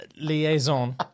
liaison